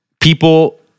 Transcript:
People